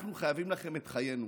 אנחנו חייבים לכם את חיינו.